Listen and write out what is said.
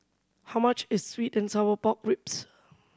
how much is sweet and sour pork ribs